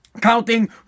counting